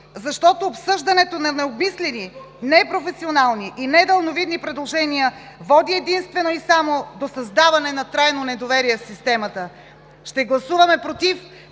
защото обсъждането на необмислени, непрофесионални и недалновидни предложения води единствено и само до създаване на трайно недоверие в системата. Ще гласуваме „против“,